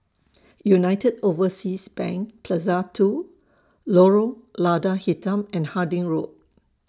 United Overseas Bank Plaza two Lorong Lada Hitam and Harding Road